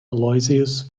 aloysius